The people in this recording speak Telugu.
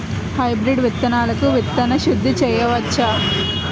హైబ్రిడ్ విత్తనాలకు విత్తన శుద్ది చేయవచ్చ?